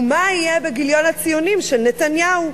ומה יהיה בגיליון הציונים של נתניהו?